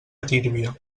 tírvia